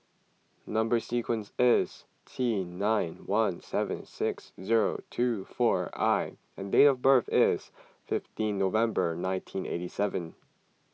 Number Sequence is T nine one seven six zero two four I and date of birth is fifteen November nineteen eighty seven